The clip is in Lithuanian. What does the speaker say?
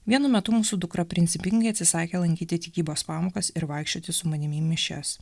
vienu metu mūsų dukra principingai atsisakė lankyti tikybos pamokas ir vaikščioti su manimi mišios